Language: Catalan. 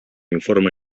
informe